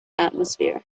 atmosphere